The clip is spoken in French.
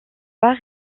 pas